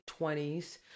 20s